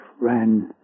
ran